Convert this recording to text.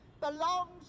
belongs